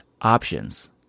options